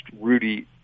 Rudy